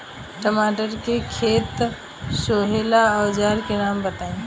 टमाटर के खेत सोहेला औजर के नाम बताई?